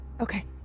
Okay